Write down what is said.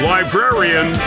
Librarian